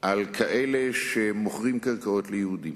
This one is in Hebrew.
על אלה שמוכרים קרקעות ליהודים.